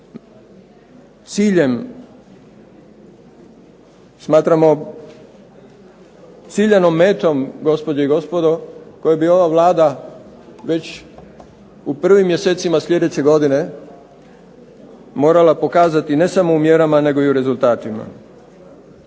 ciljem, smatramo ciljanom metom, gospođe i gospodo, koju bi ova Vlada već u prvim mjesecima sljedeće godine morala pokazati ne samo u mjerama nego i u rezultatima.